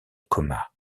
coma